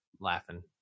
laughing